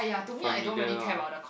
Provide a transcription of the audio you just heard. familiar ah